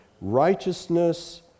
righteousness